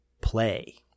play